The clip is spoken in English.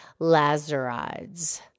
Lazarides